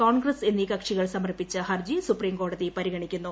കോൺഗ്രസ് എന്നീ കക്ഷികൾ സമർപ്പിച്ച ഹർജി സുപ്രീംകോടതി പരിഗണിക്കുന്നു